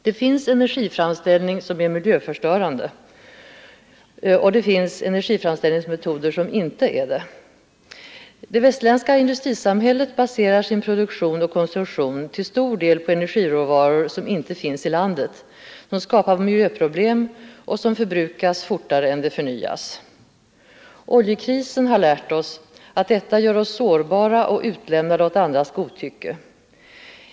Det finns energiframställningsmetoder som är miljöförstörande, och det finns sådana som inte är det. Det västerländska industrisamhället baserar till stor del sin produktion och konsumtion på energiråvaror som inte finns i landet, som skapar miljöproblem och som förbrukas fortare än de förnyas. Oljekrisen har lärt oss att detta gör oss sårbara och utlämnade åt andras godtycke.